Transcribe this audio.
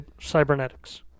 cybernetics